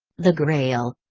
the grail.